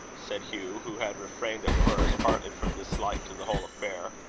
said hugh, who had refrained at first, partly from dislike to the whole affair,